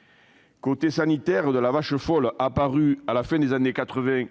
de la crise de la vache folle apparue à la fin des années 1980